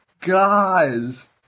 Guys